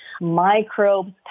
microbes